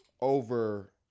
over